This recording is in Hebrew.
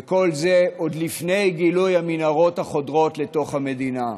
וכל זה עוד לפני גילוי המנהרות החודרות לתוך המדינה.